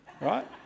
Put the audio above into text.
Right